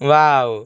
wow